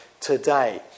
today